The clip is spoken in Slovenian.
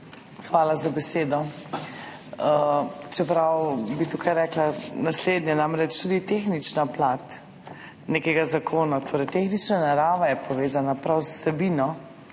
Hvala za besedo. Čeprav bi tukaj rekla naslednje, namreč tudi tehnična plat nekega zakona, torej tehnična narava, je povezana prav z vsebino.